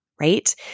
right